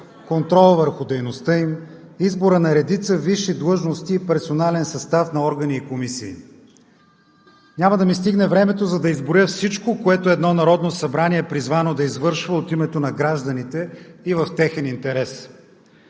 контрола върху дейността им, избора на редица висши длъжности и персонален състав на органи и комисии. Няма да ми стигне времето, за да изброя всичко, което едно Народно събрание е призвано да извършва от името на гражданите и в техен интерес.